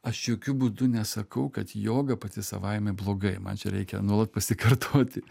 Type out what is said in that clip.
aš jokiu būdu nesakau kad joga pati savaime blogai man čia reikia nuolat pasikartoti